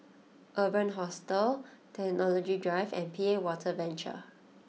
Urban Hostel Technology Drive and P A Water Venture